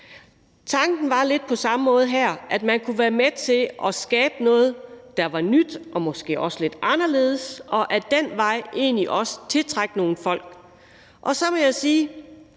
Tanken var lidt det samme her, altså at man kunne være med til at skabe noget, der var nyt og måske også lidt anderledes og ad den vej egentlig også tiltrække nogle folk. Så må jeg sige,